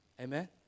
Amen